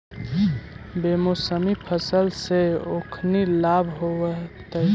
बेमौसमी फसल से ओखनी लाभ होइत हइ